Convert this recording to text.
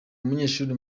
umunyeshuri